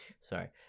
Sorry